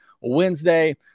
wednesday